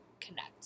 connect